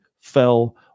fell